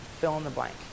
fill-in-the-blank